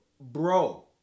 bro